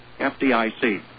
FDIC